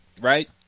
right